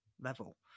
level